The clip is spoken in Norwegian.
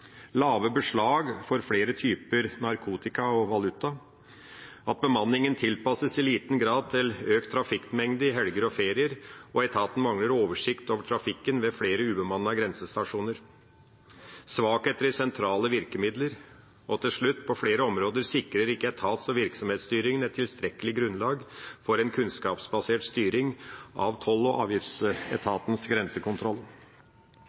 lave beslag for flere typer narkotika og valuta, at bemanningen i liten grad tilpasses økt trafikkmengde i helger og ferier, at etaten mangler oversikt over trafikken ved flere ubemannede grensestasjoner, svakheter i sentrale virkemidler og, til slutt, på flere områder sikrer ikke etats- og virksomhetsstyringen et tilstrekkelig grunnlag for en kunnskapsbasert styring av Toll- og